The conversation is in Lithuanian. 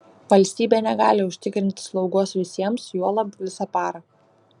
valstybė negali užtikrinti slaugos visiems juolab visą parą